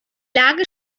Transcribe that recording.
lage